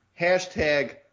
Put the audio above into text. Hashtag